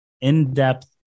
in-depth